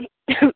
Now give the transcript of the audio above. ହଁ